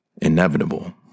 inevitable